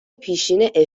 پیشین